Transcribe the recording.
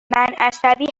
عصبی